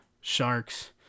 sharks